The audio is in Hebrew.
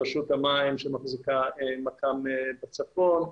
רשות המים שמחזיקה מכ"ם בצפון.